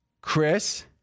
Chris